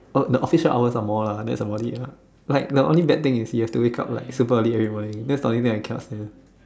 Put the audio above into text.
oh the office hours here are more lah that's about it lah like the only bad thing is you have to wake up like super early every morning that's the only thing I cannot stand